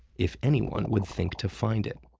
if anyone would think to find it.